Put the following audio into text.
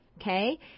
Okay